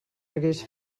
hagués